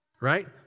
Right